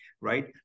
right